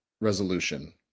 resolution